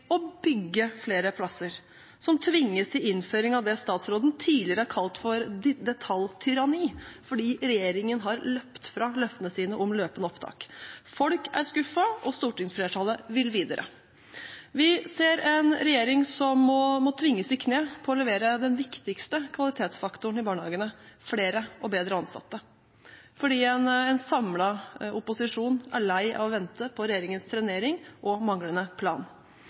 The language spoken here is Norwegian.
bygge flere plasser – som tvinges til innføring av det statsråden tidligere har kalt detaljtyranni, fordi regjeringen har løpt fra løftene sine om løpende opptak. Folk er skuffet, og stortingsflertallet vil videre. Vi ser en regjering som må tvinges i kne for å levere den viktigste kvalitetsfaktoren i barnehagene, flere og bedre ansatte, fordi en samlet opposisjon er lei av å vente på regjeringens trenering og manglende plan.